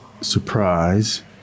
surprise